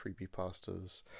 creepypastas